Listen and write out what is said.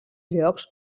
llocs